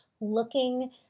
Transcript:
looking